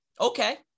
Okay